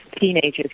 teenagers